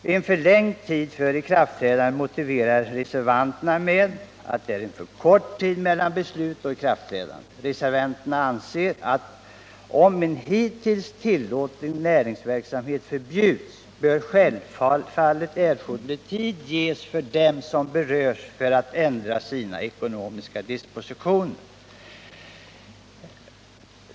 Reservanterna motiverar förlängningen av tiden fram till ikraftträdandet med att den föreslagna intervallen mellan beslut om ikraftträdande blir alltför kort. Reservanterna framhåller att de som berörs av att en hittills tillåtlig näringsverksamhet förbjuds självfallet bör få erforderlig tid att ändra sina ekonomiska dispositioner.